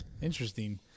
Interesting